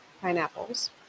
Pineapples